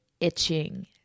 itching